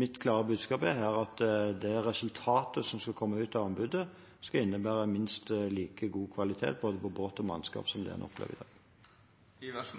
mitt klare budskap her er at det resultatet som skal komme ut av anbudet, skal innebære minst like god kvalitet på både båt og mannskap som det en opplever i dag.